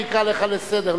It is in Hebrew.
אני אקרא אותך לסדר,